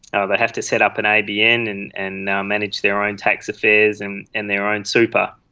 they have to set up an abn and and manage their own tax affairs and and their own super.